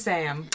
Sam